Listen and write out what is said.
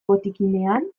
botikinean